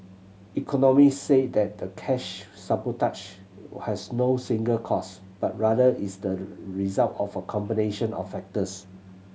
economists say that the cash has no single cause but rather is the result of a combination of factors